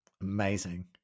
Amazing